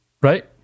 Right